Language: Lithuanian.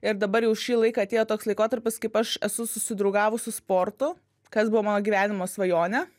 ir dabar jau šį laiką atėjo toks laikotarpis kaip aš esu susidraugavusi su sportu kas buvo mano gyvenimo svajonė